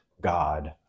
God